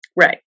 Right